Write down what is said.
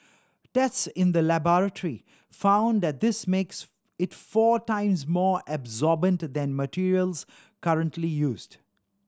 tests in the laboratory found that this makes it four times more absorbent than materials currently used